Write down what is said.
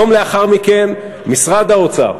יום לאחר מכן משרד האוצר,